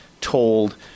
told